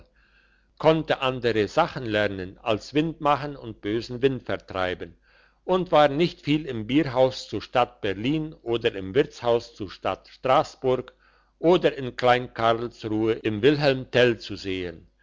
konnte andere sachen lernen als wind machen und bösen wind vertreiben und war nicht viel im bierhaus zur stadt berlin oder im wirtshaus zur stadt strassburg oder in klein karlsruhe im wilhelm tell zu sehen